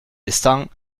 lestang